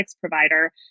provider